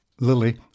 Lily